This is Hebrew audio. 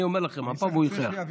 אני אומר לכם, הפעם הוא יוכיח.